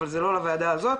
אבל זה לא לוועדה הזאת